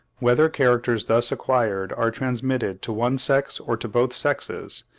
whether characters thus acquired are transmitted to one sex or to both sexes,